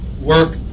work